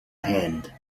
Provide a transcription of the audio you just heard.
hand